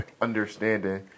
understanding